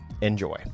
Enjoy